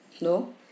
No